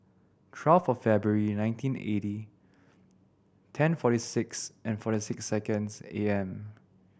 twelve of February nineteen eighty ten forty six forty six seconds A M